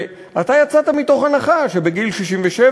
ואתה יצאת מהנחה שבגיל 67,